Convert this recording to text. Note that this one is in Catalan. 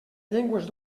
llengües